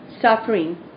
suffering